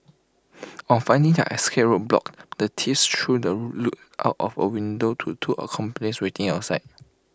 on finding their escape route blocked the thieves threw the loot out of A window to two accomplices waiting outside